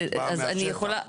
שאת באה מהשטח,